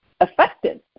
effective